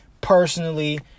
personally